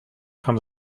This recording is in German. kann